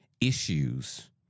issues